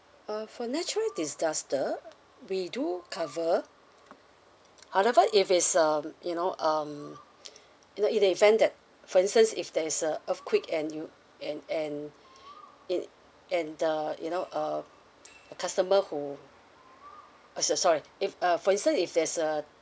uh for natural disaster we do cover I don't know if it's um you know um you know in the event that for instance if there is a earthquake and you and and in and the you know uh a customer who uh so~ sorry if uh for instance if there is a